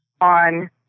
on